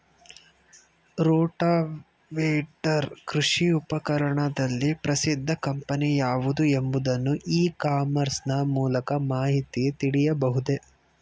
Rotavator ಕೃಷಿ ಉಪಕರಣದಲ್ಲಿ ಪ್ರಸಿದ್ದ ಕಂಪನಿ ಯಾವುದು ಎಂಬುದನ್ನು ಇ ಕಾಮರ್ಸ್ ನ ಮೂಲಕ ಮಾಹಿತಿ ತಿಳಿಯಬಹುದೇ?